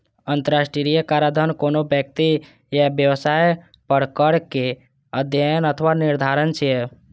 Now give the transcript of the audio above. अंतरराष्ट्रीय कराधान कोनो व्यक्ति या व्यवसाय पर कर केर अध्ययन अथवा निर्धारण छियै